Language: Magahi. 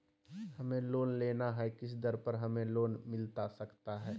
हमें लोन लेना है किस दर पर हमें लोन मिलता सकता है?